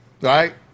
Right